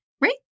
right